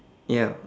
ya